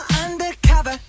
undercover